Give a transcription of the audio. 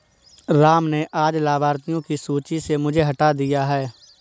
राम ने आज लाभार्थियों की सूची से मुझे हटा दिया है